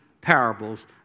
parables